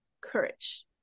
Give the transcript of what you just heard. courage